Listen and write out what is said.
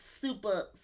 super